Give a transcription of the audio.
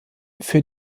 für